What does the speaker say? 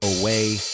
Away